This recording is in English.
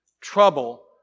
trouble